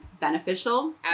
beneficial